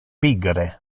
pigre